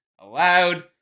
allowed